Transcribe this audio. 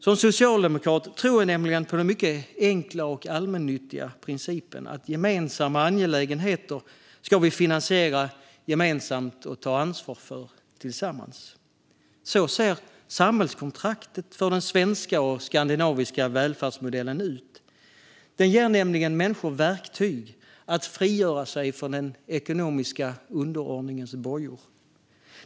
Som socialdemokrat tror jag nämligen på en mycket enkel och allmännyttig princip: Gemensamma angelägenheter ska vi finansiera gemensamt och ta ansvar för tillsammans. Så ser samhällskontraktet för den svenska och skandinaviska välfärdsmodellen ut. Den ger nämligen människor verktyg för att frigöra sig från den ekonomiska underordningens bojor.